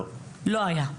לא היה.